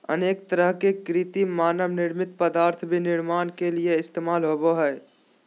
अनेक तरह के कृत्रिम मानव निर्मित पदार्थ भी निर्माण के लिये इस्तेमाल होबो हइ